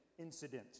incident